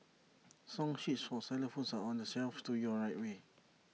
song sheets for xylophones are on the shelf to your right way